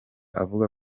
avuga